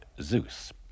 Zeus